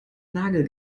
nagel